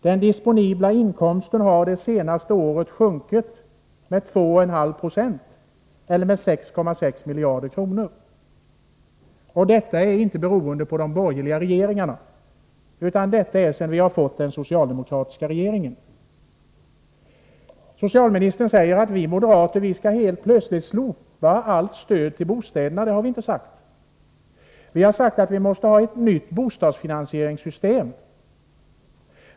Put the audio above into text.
Den disponibla inkomsten har det senaste året sjunkit med 2,5 9 eller med sammanlagt 6,6 miljarder kronor. Detta beror inte på de borgerliga regeringarnas politik, utan det är någonting som har skett sedan den socialdemokratiska regeringen tillträdde. Socialministern säger att vi moderater vill att man helt plötsligt skall slopa allt stöd till bostäderna. Det har vi inte sagt. Vi har sagt att det behövs ett nytt bostadsfinansieringssystem.